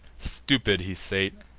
stupid he sate,